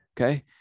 okay